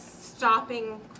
stopping